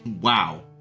Wow